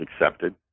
accepted